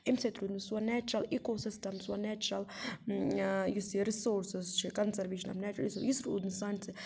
اَمہِ سۭتۍ روٗد نہٕ سون نیچرل ایٖکو سِسٹَم سون نیچرل یُس یہِ رِسورسٕز چھِ کَنزرویشن آف نیچرل رِسورٕس یُس روٗد نہٕ سانہِ سۭتۍ